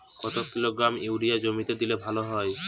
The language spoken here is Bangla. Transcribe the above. কত কিলোগ্রাম ইউরিয়া জমিতে দিলে ভালো হয়?